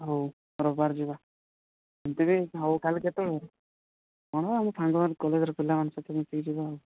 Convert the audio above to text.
ହଉ ରବିବାର ଯିବା ଏମତି ବି ହଉ କାଲି କେତେବେଳକୁ ହଁ ହଁ ଆମ ସାଙ୍ଗମାନେ କଲେଜ୍ର ପିଲାମାନେ ସହିତ ମିଶିକି ଯିବା ଆଉ